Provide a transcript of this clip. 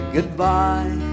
Goodbye